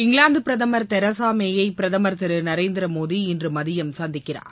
இங்கிலாந்து பிரதமர் தெரசா மேயை பிரதமர் திரு நரேந்திரமோடி இன்று மதியம் சந்திக்கிறார்